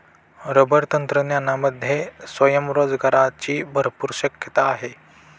rubber तंत्रज्ञानामध्ये स्वयंरोजगाराची भरपूर शक्यता आहे